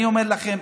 אני אומר לכם,